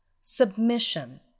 Submission